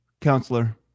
counselor